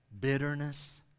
bitterness